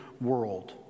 world